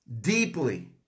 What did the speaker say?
deeply